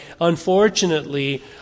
unfortunately